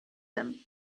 them